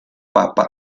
papa